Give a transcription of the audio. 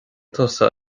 tusa